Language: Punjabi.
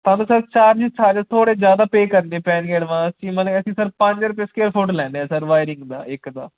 ਸਾਨੂੰ ਸਰ ਚਾਰਜਿਸ ਸਾਰੇ ਥੋੜ੍ਹੇ ਜ਼ਿਆਦਾ ਪੇ ਕਰਨੇ ਪੈਣਗੇ ਐਡਵਾਂਸ 'ਚ ਮਤਲਬ ਕਿ ਅਸੀੰ ਸਰ ਪੰਜ ਰੁਪਏ ਸਕੇਅਰ ਫੁੱਟ ਲੈਂਦੇ ਹਾਂ ਸਰ ਵਾਈਰਿੰਗ ਦਾ ਇੱਕ ਦਾ